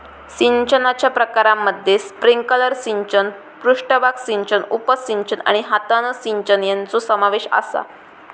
सिंचनाच्या प्रकारांमध्ये स्प्रिंकलर सिंचन, पृष्ठभाग सिंचन, उपसिंचन आणि हातान सिंचन यांचो समावेश आसा